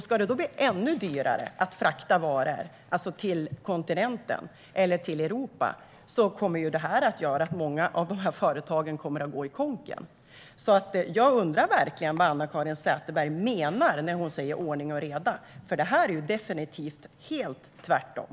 Ska det då bli ännu dyrare att frakta varor till kontinenten, till Europa, kommer detta att göra att många av dessa företag kommer att gå i konkurs. Jag undrar verkligen vad Anna-Caren Sätherberg menar när hon säger ordning och reda, för detta är definitivt helt tvärtom.